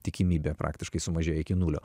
tikimybė praktiškai sumažėja iki nulio